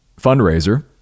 fundraiser